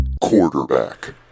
Quarterback